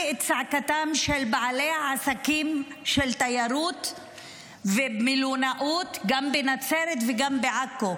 את צעקתם של בעלי העסקים בתיירות ובמלונאות גם בנצרת וגם בעכו,